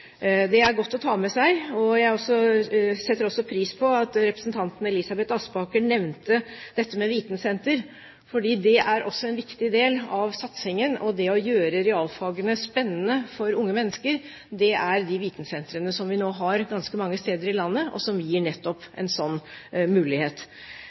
Det er godt å ta med seg, og jeg setter også pris på at representanten Elisabeth Aspaker nevnte dette med vitensentre, for det er også en viktig del av satsingen og det å gjøre realfagene spennende for unge mennesker. De vitensentrene som vi nå har ganske mange steder i landet, gir nettopp en sånn mulighet. Vi har nevnt ENT3R som